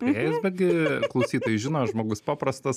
priėjęs betgi klausytojai žino žmogus paprastas